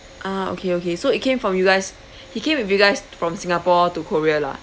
ah okay okay so it came from you guys he came with you guys from singapore to korea lah